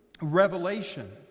revelation